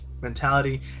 mentality